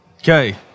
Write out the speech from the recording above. Okay